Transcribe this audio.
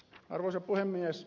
arvoisa puhemies